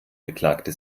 beklagte